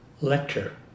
lecture